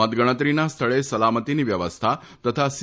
મતગણતરીના સ્થળે સલામતીની વ્યવસ્થા તથા સી